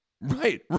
right